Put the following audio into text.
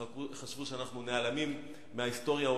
חשבו שאנחנו נעלמים מההיסטוריה העולמית,